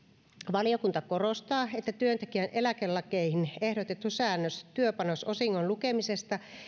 valiokunta korostaa että työntekijän eläkelakeihin ehdotettu säännös työpanososingon lukemisesta